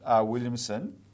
Williamson